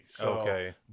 Okay